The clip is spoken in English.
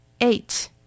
eight